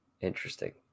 interesting